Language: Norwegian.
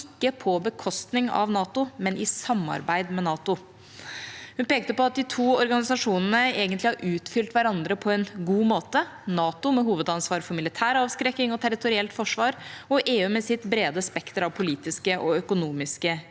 ikke på bekostning av NATO, men i samarbeid med NATO. Hun pekte på at de to organisasjonene egentlig har utfylt hverandre på en god måte – NATO med hovedansvar for militær avskrekking og territorielt forsvar, og EU med sitt brede spekter av politiske og økonomiske virkemidler,